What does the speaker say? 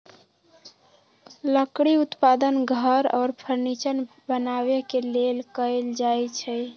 लकड़ी उत्पादन घर आऽ फर्नीचर बनाबे के लेल कएल जाइ छइ